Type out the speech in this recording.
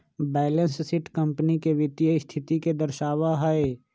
balance sheet company के वित्तीय स्थिति के दर्शावा हई